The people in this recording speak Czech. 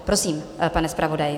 Prosím, pane zpravodaji.